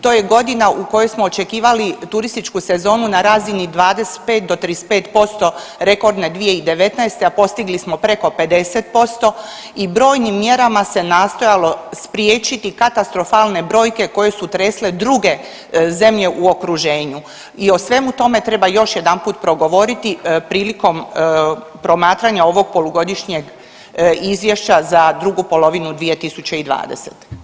To je godina u kojoj smo očekivali turističku sezonu na razini 25 do 35% rekordne 2019., a postigli smo preko 50% i brojnim mjerama se nastojalo spriječiti katastrofalne brojke koje su tresle druge zemlje u okruženju i o svemu tome treba još jedanput progovoriti prilikom promatranja ovog Polugodišnjeg izvješća za drugu polovinu 2020.